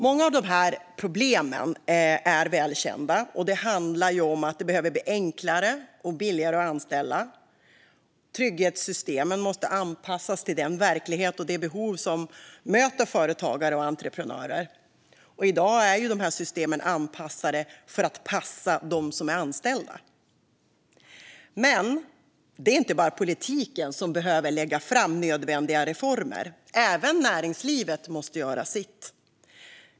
Många av dessa problem är välkända och handlar om att det behöver bli enklare och billigare att anställa. Trygghetssystemen måste anpassas till den verklighet som företagare och entreprenörer möter och till deras behov. I dag är dessa system anpassade för att passa dem som är anställda. Men det är inte bara politiken som behöver lägga fram nödvändiga reformer. Även näringslivet måste göra sitt.